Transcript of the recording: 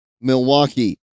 Milwaukee